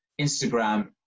Instagram